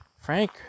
Frank